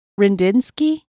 Rendinsky